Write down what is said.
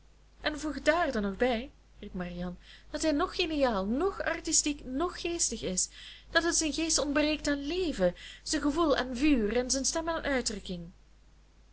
en voeg er dan nog bij riep marianne dat hij noch geniaal noch artistiek noch geestig is dat het zijn geest ontbreekt aan leven zijn gevoel aan vuur en zijn stem aan uitdrukking